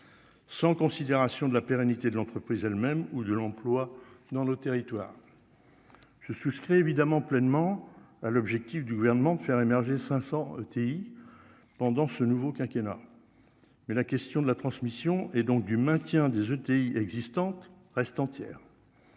sans considération de la pérennité de l'entreprise elle-même, ou de l'emploi dans le territoire, je souscris évidemment pleinement à l'objectif du gouvernement de faire émerger 500 ETI pendant ce nouveau quinquennat mais la question de la transmission et donc du maintien des ETI existantes reste entière